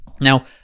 Now